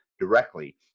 directly